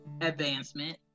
advancement